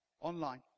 online